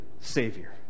savior